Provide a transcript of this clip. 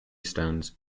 stones